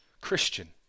Christian